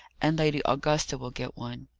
and lady augusta will get one.